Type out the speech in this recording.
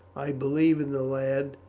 i believe in the lad.